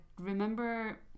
remember